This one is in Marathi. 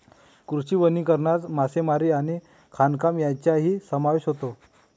कृषी वनीकरणात मासेमारी आणि खाणकाम यांचाही समावेश होतो